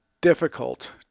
difficult